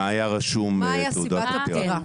על סיבת הפטירה?